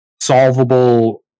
solvable